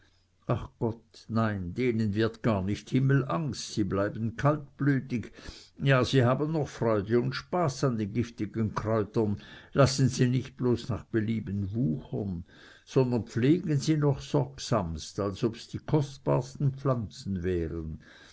ach gott nein denen wird gar nicht himmelangst die bleiben kaltblütig ja sie haben noch freude und spaß an den giftigen kräutern lassen sie nicht bloß nach belieben wuchern sondern pflegen sie noch sorgsamst als obs die kostbarsten pflanzen wären